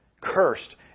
Cursed